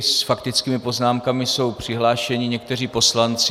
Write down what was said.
S faktickými poznámkami jsou přihlášeni někteří poslanci.